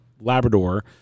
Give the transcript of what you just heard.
Labrador